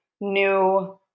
new